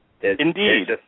Indeed